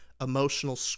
emotional